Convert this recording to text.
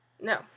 No